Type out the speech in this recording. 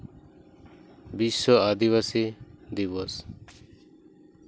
ᱵᱤᱥᱥᱚ ᱟᱹᱫᱤᱵᱟᱹᱥᱤ ᱫᱤᱵᱚᱥ